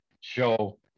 show